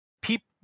people